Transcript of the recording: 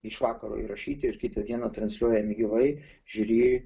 iš vakaro įrašyti ir kitą dieną transliuojami gyvai žiuri